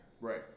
right